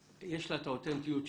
יש לה את האותנטיות שלה,